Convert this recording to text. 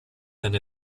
eine